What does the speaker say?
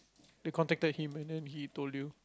they contacted him and then he told you